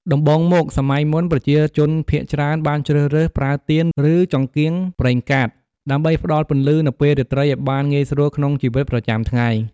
ដំបូងមក សម័យមុន ប្រជាជនភាគច្រើនបានជ្រើសរើសប្រើទៀនឬចង្កៀងប្រេងកាត ដើម្បីផ្ដល់ពន្លឺនៅពេលរាត្រីឱ្យបានងាយស្រួលក្នុងជីវិតប្រចាំថ្ងៃ។